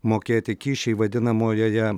mokėti kyšiai vadinamojoje